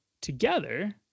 together